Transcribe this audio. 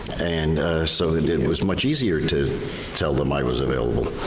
and so it it was much easier to tell them i was available.